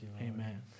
Amen